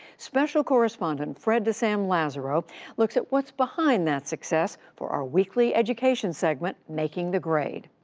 special correspondent fred de sam lazaro looks at what's behind that success for our weekly education segment making the grade.